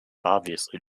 obviously